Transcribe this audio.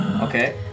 Okay